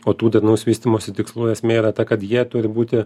o tų darnaus vystymosi tikslų esmė yra ta kad jie turi būti